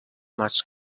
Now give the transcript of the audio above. much